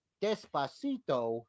despacito